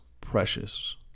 precious